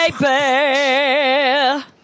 baby